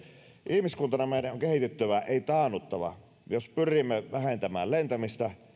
ihmiskuntana meidän on kehityttävä ei taannuttava jos pyrimme vähentämään lentämistä